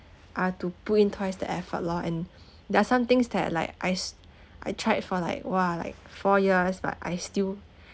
I've to put in twice the effort lor and there are some things that like I s~ I tried for like !wah! like four years but I still